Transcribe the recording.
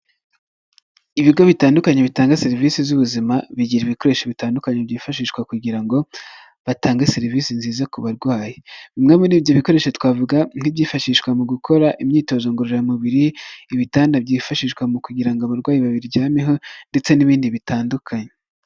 Ibigo bitandukanye bitanga serivisi z'ubuzima, bigira ibikoresho bitandukanye byifashishwa kugira ngo batange serivisi nziza ku barwayi, bimwe muri' ibyo bikoresho twavuga nk'ibyifashishwa mu gukora imyitozo ngororamubiri, ibitanda byifashishwa mu kugira ngo abarwayi babiryameho ndetse n'ibindi bitandukanye.